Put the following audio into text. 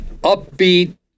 upbeat